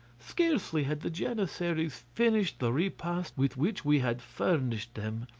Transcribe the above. scarcely had the janissaries finished the repast with which we had furnished them,